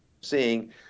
seeing